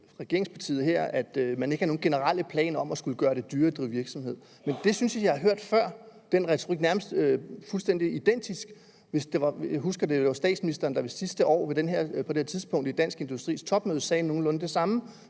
at man ikke havde nogen generel plan om at skulle gøre det dyrere at drive virksomhed. Men den retorik synes jeg at have hørt før, nærmest fuldstændig identisk. Jeg husker, det var statsministeren, der sidste år på det her tidspunkt på Dansk Industris topmøde sagde nogenlunde det samme.